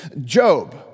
Job